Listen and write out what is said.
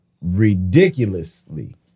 ridiculously